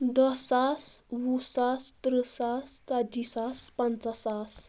دَہ ساس وُہ ساس تٕرٛہ ساس ژتجی ساس پنٛژاہ ساس